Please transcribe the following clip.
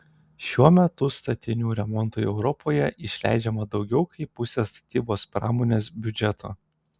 šiuo metu statinių remontui europoje išleidžiama daugiau kaip pusė statybos pramonės biudžeto